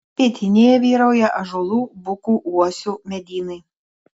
pietinėje vyrauja ąžuolų bukų uosių medynai